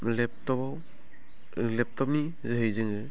लेपटपाव लेपटपनि जोहै जोङो